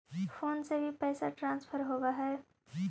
Phone से भी पैसा ट्रांसफर होवहै?